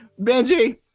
Benji